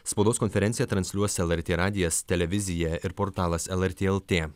spaudos konferenciją transliuos lrt radijas televizija ir portalas lrt lt